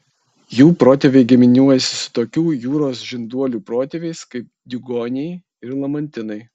jų protėviai giminiuojasi su tokių jūros žinduolių protėviais kaip diugoniai ir lamantinai